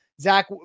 Zach